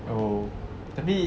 oh tapi